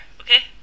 okay